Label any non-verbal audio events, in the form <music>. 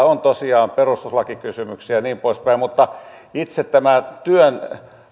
<unintelligible> on tosiaan perustuslakikysymyksiä ja niin poispäin mutta itse tämä työn